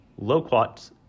loquats